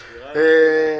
(תיקון מס' 18 והוראת